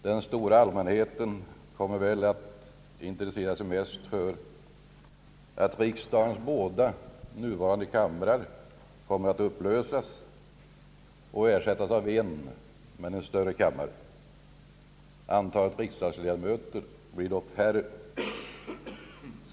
Den stora 'allmänheten kommer väl att intressera sig mest för att riksdagens båda nuvarande kamrar kommer att upplösas och ersättas av en — men en större — kammare. Antalet riksdagsledamöter blir dock mindre.